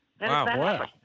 wow